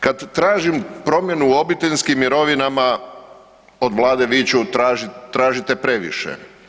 Kad tražim promjenu u obiteljskim mirovinama od Vlade viču tražite previše.